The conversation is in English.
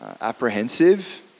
apprehensive